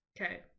Okay